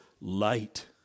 light